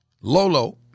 Lolo